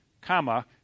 comma